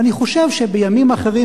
ואני חושב שבימים אחרים,